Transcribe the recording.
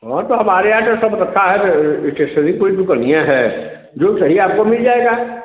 वह तो हमारे यहाँ तो सब व्यवस्था है इस्टेशनी पर दुकनिएँ हैं जो चाहिए आपको मिल जाएगा